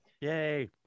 Yay